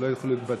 שלא יוכלו להתבטא.